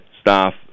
staff